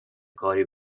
کاری